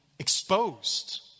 Exposed